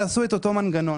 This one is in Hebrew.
תעשו את אותו מנגנון.